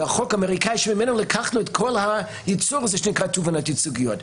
והחוק האמריקאי שממנו לקחנו את כל הייצור הזה שנקרא "תובענות ייצוגיות".